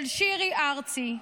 של שירי ארצי: